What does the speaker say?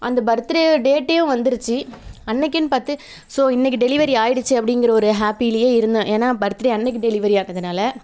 அந்த birthday டேட்டே வந்துருச்சு அன்னிக்குன்னு பார்த்து ஸோ இன்றைக்கு டெலிவரி ஆகிடுச்சி அப்படிங்கிற ஒரு ஹேப்பிலேயே இருந்தேன் ஏன்னால் பர்த் டே அன்றைக்கு டெலிவரி ஆனதுனால்